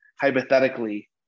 hypothetically